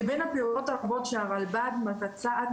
מבין הפעולות הרבות שהרלב"ד מבצעת,